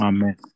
Amen